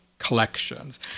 collections